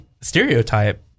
stereotype